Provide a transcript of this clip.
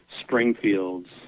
Springfield's